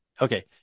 Okay